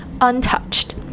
untouched